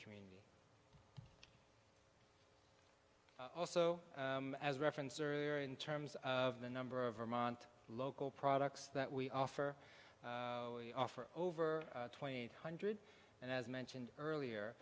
community also as reference earlier in terms of the number of vermont local products that we offer offer over twenty eight hundred and as mentioned earlier